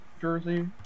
jersey